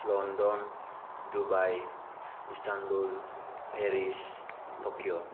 London Dubai Istanbul Paris Tokyo